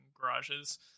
garages